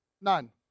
None